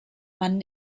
mann